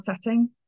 setting